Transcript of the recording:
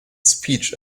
speech